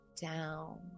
down